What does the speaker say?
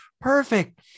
perfect